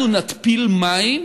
אנחנו נתפיל מים